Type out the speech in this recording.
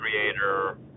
creator